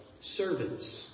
Servants